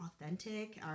authentic